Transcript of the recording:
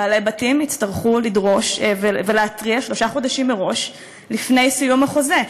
בעלי-בתים יצטרכו לדרוש ולהתריע שלושה חודשים מראש לפני סיום החוזה.